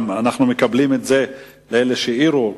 אנחנו אומרים את זה לאלה שהעירו,